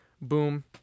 boom